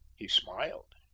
he smiled.